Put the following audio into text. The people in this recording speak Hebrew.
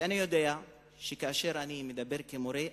ואני יודע שכאשר אני מדבר כמורה,